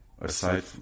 aside